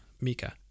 Mika